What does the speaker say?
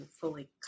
fully